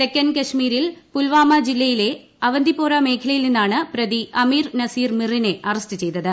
തെക്കൻ കശ്മീരിൽ പുൽവാമ ജില്ലയിലെ അവന്തിപോറ മേഖലയിൽ നിന്നാണ് പ്രതി അമീർ നസീർ മിർ നെ അറസ്റ്റ് ചെയ്തത്